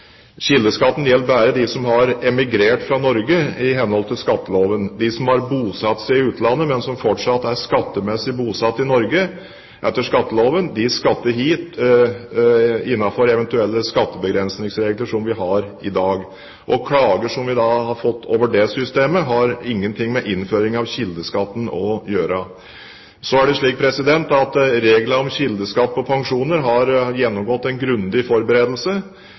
Kildeskatten gjelder bare dem som har emigrert fra Norge i henhold til skatteloven. De som har bosatt seg i utlandet, men som fortsatt er skattemessig bosatt i Norge etter skatteloven, skatter hit innenfor eventuelle skattebegrensningsregler som vi har i dag. Klager som vi har fått over det systemet, har ingen ting med innføring av kildeskatten å gjøre. Så er det slik at reglene om kildeskatt på pensjoner har gjennomgått en grundig forberedelse,